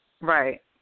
Right